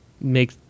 make